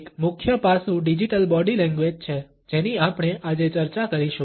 એક મુખ્ય પાસું ડિજિટલ બોડી લેંગ્વેજ છે જેની આપણે આજે ચર્ચા કરીશું